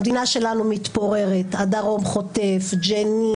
המדינה שלנו מתפוררת, הדרום חוטף, ג'נין,